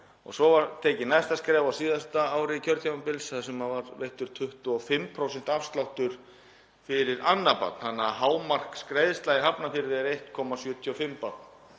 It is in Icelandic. var tekið næsta skref á síðasta ári kjörtímabils þar sem var veittur 25% afsláttur fyrir annað barn þannig að hámarksgreiðsla í Hafnarfirði er 1,75 barn.